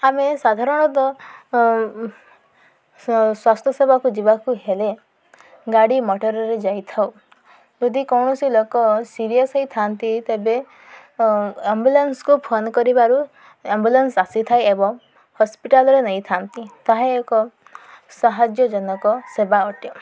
ଆମେ ସାଧାରଣତଃ ସ୍ୱାସ୍ଥ୍ୟ ସେବାକୁ ଯିବାକୁ ହେଲେ ଗାଡ଼ି ମଟରରେ ଯାଇଥାଉ ଯଦି କୌଣସି ଲୋକ ସିରିଅସ ହେଇଥାନ୍ତି ତେବେ ଆମ୍ବୁଲାନ୍ସକୁ ଫୋନ କରିବାରୁ ଆମ୍ବୁଲାନ୍ସ ଆସିଥାଏ ଏବଂ ହସ୍ପିଟାଲରେ ନେଇଥାନ୍ତି ତାହା ଏକ ସାହାଯ୍ୟଜନକ ସେବା ଅଟେ